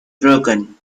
broken